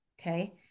okay